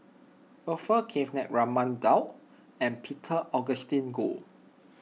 Orfeur Cavenagh Raman Daud and Peter Augustine Goh